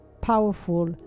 powerful